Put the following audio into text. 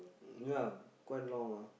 ya quite long ah